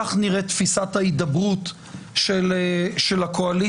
כך נראית תפיסת ההידברות של הקואליציה,